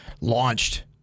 launched